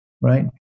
right